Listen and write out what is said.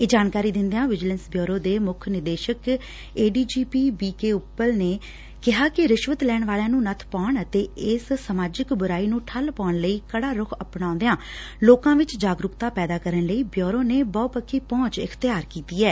ਇਹ ਜਾਣਕਾਰੀ ਦਿੰਦਿਆਂ ਵਿਜੀਲੈਂਸ ਬਿਉਰੋ ਦੇ ਮੁੱਖ ਨਿਦੇਸ਼ਕ ਏਡੀਜੀਪੀ ਬੀਕੇ ਉਂਪਲ ਨੇ ਕਿਹਾ ਕਿ ਰਿਸ਼ਵਤ ਲੈਣ ਵਾਲਿਆਂ ਨੁੰ ਨੱਬ ਪਾਉਣ ਅਤੇ ਇਸ ਸਮਾਜਿਕ ਬੁਰਾਈ ਨੁੰ ਠੱਲ਼ ਪਾਉਣ ਲਈ ਕੜਾ ਰੁੱਖ ਅਪਣਾਉਦਿਆਂ ਲੋਕਾਂ ਵਿੱਚ ਜਾਗਰੁਕਤਾ ਪੈਦਾ ਕਰਨ ਲਈ ਬਿਊਰੋ ਨੇ ਬਹੁ ਪੱਖੀ ਪਹੂੰਚ ਅਖਤਿਆਰ ਕੀਂਡੀ ਐ